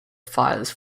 files